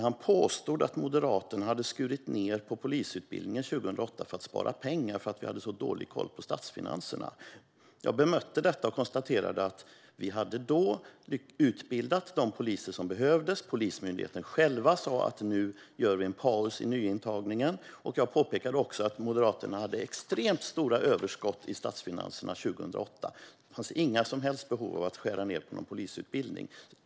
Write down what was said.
Han påstod att Moderaterna hade skurit ned på polisutbildningen 2008 för att spara pengar för att vi hade så dålig koll på statsfinanserna. Jag bemötte detta och konstaterade att vi då hade utbildat de poliser som behövdes. Polismyndigheten själv sa: Nu gör vi en paus i nyintagningen. Jag påpekade också att Moderaterna hade extremt stora överskott i statsfinanserna 2008. Det fanns inga som helst behov av att skära ned på någon polisutbildning.